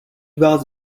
vás